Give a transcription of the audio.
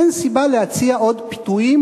אין סיבה להציע עוד פיתויים